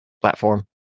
platform